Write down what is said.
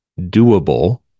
doable